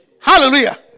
Hallelujah